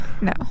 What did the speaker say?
No